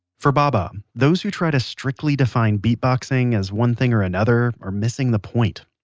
for baba, um those who try to strictly define beatboxing as one thing or another are missing the point.